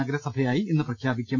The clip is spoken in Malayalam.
നഗരസഭയായി ഇന്ന് പ്രഖ്യാ പിക്കും